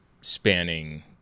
spanning